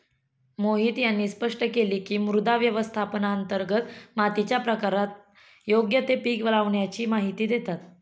मोहित यांनी स्पष्ट केले की, मृदा व्यवस्थापनांतर्गत मातीच्या प्रकारात योग्य ते पीक लावाण्याची माहिती देतात